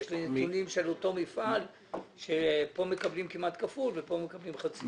יש לי נתונים של אותו מפעל שכאן מקבלים כמעט כפול וכאן מקבלים חצי.